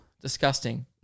Disgusting